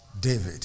David